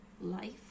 life